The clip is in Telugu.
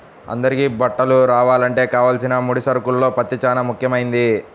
అందరికీ బట్టలు రావాలంటే కావలసిన ముడి సరుకుల్లో పత్తి చానా ముఖ్యమైంది